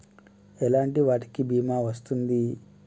ఎలాంటి వాటికి బీమా వస్తుంది?